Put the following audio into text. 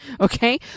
Okay